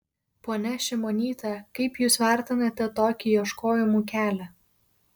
ponia šimonyte kaip jūs vertinate tokį ieškojimų kelią